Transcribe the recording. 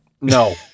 No